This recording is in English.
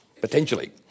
potentially